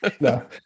No